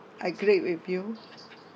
I agree with you